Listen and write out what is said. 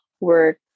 work